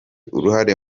uruhare